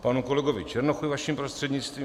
K panu kolegovi Černochovi vaším prostřednictvím.